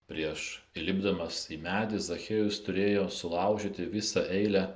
prieš įlipdamas į medį zachiejus turėjo sulaužyti visą eilę